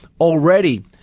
Already